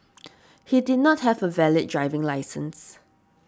he did not have a valid driving licence